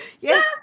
yes